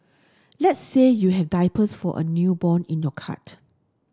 let's say you have diapers for a newborn in your cart